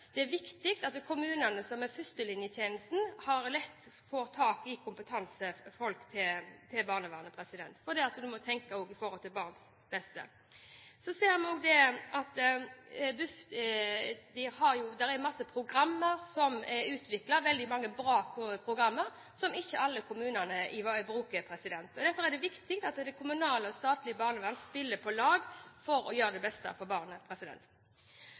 Det er viktig at kommunene, som er førstelinjetjenesten, lett får tak i folk med kompetanse til barnevernet, fordi man også må tenke på barnas beste. Buf har utviklet veldig mange bra programmer som ikke alle kommunene bruker. Derfor er det viktig at det kommunale og statlige barnevernet spiller på lag for å gjøre det beste for barnet.